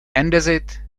andesite